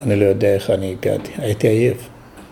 ‫אני לא יודע איך אני הגעתי, ‫הייתי עייף